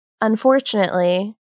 Unfortunately